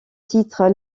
titre